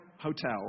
hotel